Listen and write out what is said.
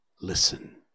Listen